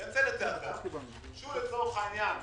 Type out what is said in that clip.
את זה אדם שלצורך העניין,